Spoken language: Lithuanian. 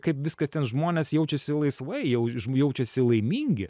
kaip viskas ten žmonės jaučiasi laisvai jau jaučiasi laimingi